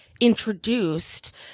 introduced